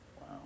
Wow